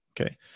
Okay